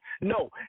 No